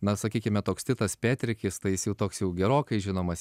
na sakykime toks titas petrikis tai jis jau toks jau gerokai žinomas